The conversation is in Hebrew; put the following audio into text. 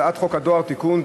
הצעת חוק הדואר (תיקון,